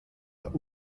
der